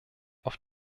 auf